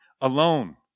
alone